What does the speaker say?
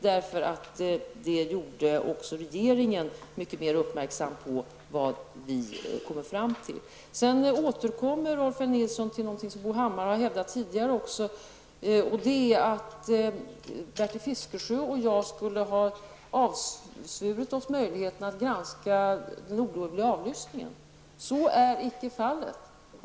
Det gjorde också regeringen mycket mer uppmärksam på vad vi kom fram till. Rolf L Nilson återkom till någonting som Bo Hammar har hävdat tidigare, nämligen att Bertil Fiskesjö och jag skulle ha avsvurit oss möjligheten att granska den olovliga avlyssningen. Så är inte fallet.